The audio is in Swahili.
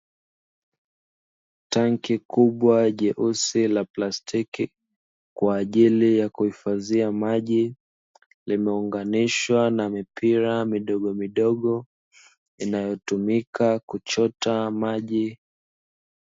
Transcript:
Tanki kubwa jeusi la plastiki kwa ajili ya kuhifadhia maji, limeunganishwa na mipira midogomidogo inayotumika kuchota maji.